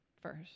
first